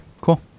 cool